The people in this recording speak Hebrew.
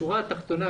השורה התחתונה,